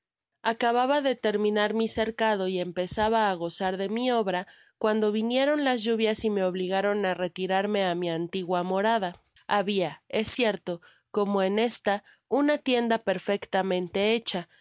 de terminar mi cercado y empezaba á gozar de mi obra cuando vinieron las lluvias y me obligaron á retirarme á mi antigua morada habia es cierto como en esta una tienda perfectamente